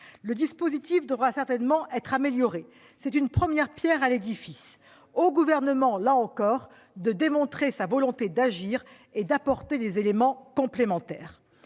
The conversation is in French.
Le dispositif devra certainement être amélioré. Il s'agit de la première pierre de l'édifice. Au Gouvernement, là encore, de démontrer sa volonté d'agir et d'apporter des modifications complémentaires.